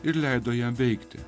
ir leido jam veikti